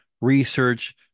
research